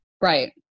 Right